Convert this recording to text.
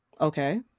Okay